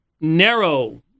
narrow